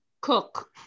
cook